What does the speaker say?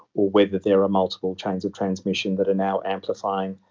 or whether there are multiple chains of transmission that are now amplifying.